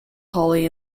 holly